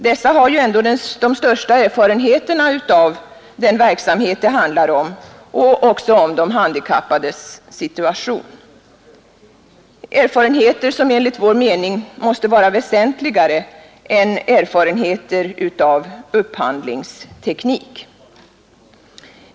Dessa har ju ändå de största erfarenheterna av den verksamhet det handlar om och också av de handikappades situation — erfarenheter som enligt vår mening måste vara väsentligare än erfarenheter av upphandlingsteknik.